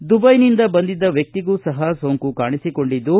ದುಬೈನಿಂದ ಬಂದಿದ್ದ ವ್ಯಕ್ತಿಗೂ ಸಹ ಸೋಂಕು ಕಾಣಿಸಿಕೊಂಡಿದ್ದು